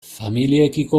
familiekiko